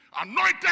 Anointed